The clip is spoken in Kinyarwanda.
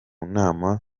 nama